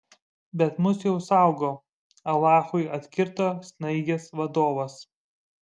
bet mus jau saugo alachui atkirto snaigės vadovas